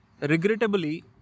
Regrettably